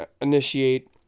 initiate